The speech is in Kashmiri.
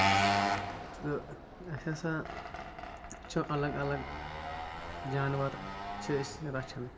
تہٕ اَسہِ ہسا چھُ الگ الگ جانور چھِ أسۍ رَچھان